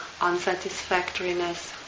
unsatisfactoriness